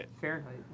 Fahrenheit